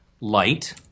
light